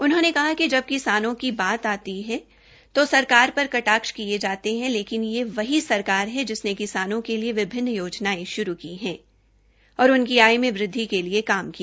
उन्होंने कहा कि जब किसानों की बात आती है तो सरकार पर कटाक्ष किये जाते है लेकिन यह वही सरकार है जिसने किसानों के लिए विभिन्न योजनायें शुरू की और उनकी आय में वृदधि के लिए काम किया